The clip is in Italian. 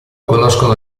conoscono